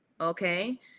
okay